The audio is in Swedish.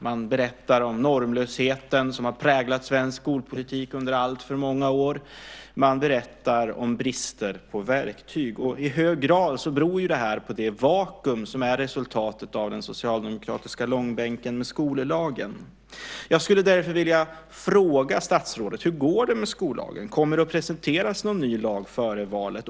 Man berättar om normlösheten som har präglat svensk skolpolitik under alltför många år. Man berättar om brist på verktyg. I hög grad beror det på det vakuum som är resultatet av den socialdemokratiska långbänken med skollagen. Jag skulle därför vilja fråga statsrådet: Hur går det med skollagen? Kommer det att presenteras någon ny lag före valet?